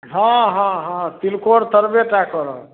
हॅं हॅं हॅं तिलकोर तरबेटा करब